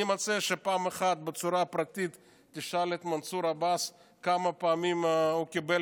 אני מציע שפעם אחת תשאל את מנסור עבאס בצורה פרטית כמה פעמים הוא קיבל